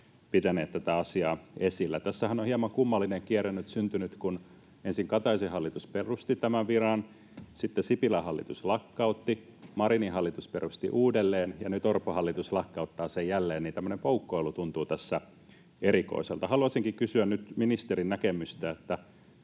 pitäneet tätä asiaa esillä. Tässähän on hieman kummallinen kierre nyt syntynyt, kun ensin Kataisen hallitus perusti tämän viran, sitten Sipilän hallitus lakkautti, Marinin hallitus perusti uudelleen ja nyt Orpon hallitus lakkauttaa sen jälleen, niin että tämmöinen poukkoilu tuntuu tässä erikoiselta. Haluaisinkin kysyä nyt ministerin näkemystä: Miten